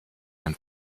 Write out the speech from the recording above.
ein